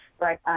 right